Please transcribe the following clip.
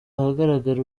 ahagaragara